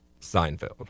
Seinfeld